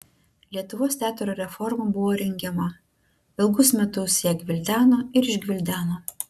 lietuvos teatro reforma buvo rengiama ilgus metus ją gvildeno ir išgvildeno